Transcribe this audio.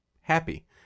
happy